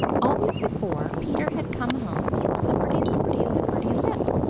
always before peter had come home lipperty-lipperty-lipperty-lip,